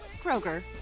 Kroger